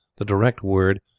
the direct word,